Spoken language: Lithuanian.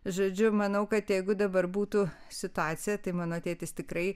žodžiu manau kad jeigu dabar būtų situacija tai mano tėtis tikrai